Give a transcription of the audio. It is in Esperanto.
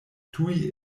tuj